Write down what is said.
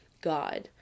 God